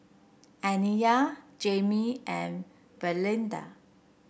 Aniyah Jamie and Valinda